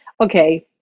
okay